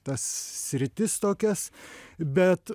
tas sritis tokias bet